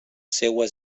seues